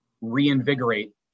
reinvigorate